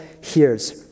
hears